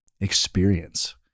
experience